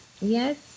Yes